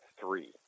three